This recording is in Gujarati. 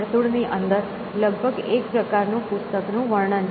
વર્તુળ ની અંદર લગભગ એક પ્રકારનું પુસ્તકનું વર્ણન છે